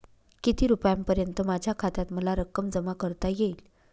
किती रुपयांपर्यंत माझ्या खात्यात मला रक्कम जमा करता येईल?